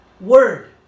Word